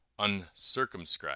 uncircumscribed